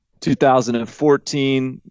2014